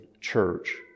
church